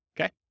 okay